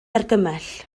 argymell